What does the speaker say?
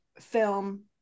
film